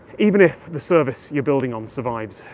even if the service you're building on survives,